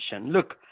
Look